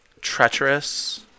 treacherous